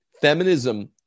feminism